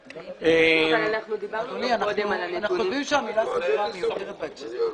אנחנו חושבים שהמילה "סמוכה" מיותרת בהקשר הזה.